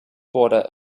border